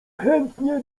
chętnie